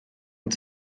und